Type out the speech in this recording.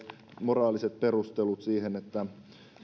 moraaliset perustelut siihen että